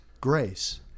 grace